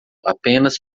apenas